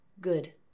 Good